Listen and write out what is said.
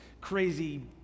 crazy